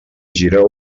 gireu